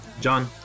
John